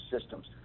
systems